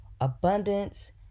abundance